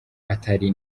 atari